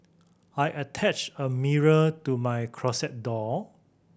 I attached a mirror to my closet door